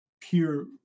pure